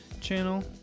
channel